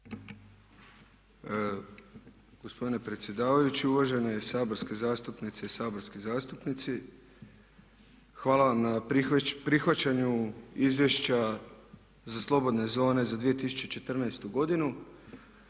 hvala vam na prihvaćanju Izvješća za slobodne zone za 2014. godinu.